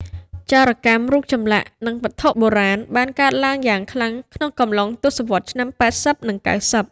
ចោរកម្មរូបចម្លាក់ និងវត្ថុបុរាណបានកើតឡើងយ៉ាងខ្លាំងក្នុងកំឡុងទសវត្សរ៍ឆ្នាំ ៨០ និង ៩០។